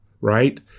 right